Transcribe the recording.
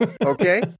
Okay